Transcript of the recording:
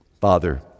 Father